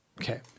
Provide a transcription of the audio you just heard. Okay